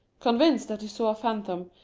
convinced that he saw a phantom,